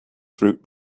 fruit